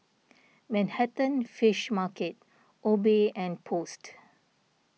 Manhattan Fish Market Obey and Post